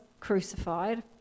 crucified